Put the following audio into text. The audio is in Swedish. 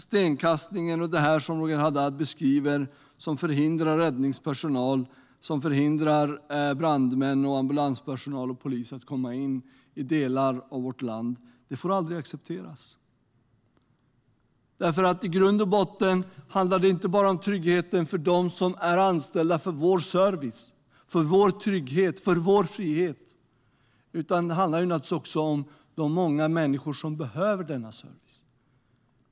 Stenkastningen och annat som Roger Haddad beskriver, som hindrar räddningspersonal, brandmän, ambulanspersonal och polis från att komma in i delar av vårt land får aldrig accepteras. Det handlar inte bara om tryggheten för dem som är anställda för vår service, vår trygghet och vår frihet utan också om de många människor som behöver denna service.